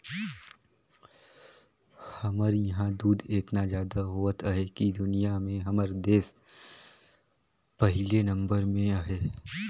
हमर इहां दूद एतना जादा होवत अहे कि दुनिया में हमर देस पहिले नंबर में अहे